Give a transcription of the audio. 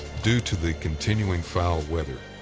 due to the continuing foul weather,